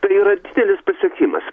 tai yra didelis pasiekimas